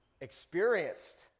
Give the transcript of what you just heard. experienced